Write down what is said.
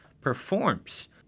performs